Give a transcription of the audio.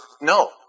No